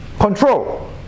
control